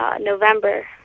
November